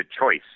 choice